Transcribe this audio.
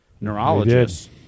neurologist